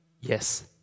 yes